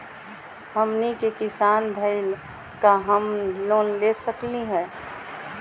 हमनी के किसान भईल, का हम लोन ले सकली हो?